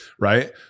right